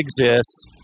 exists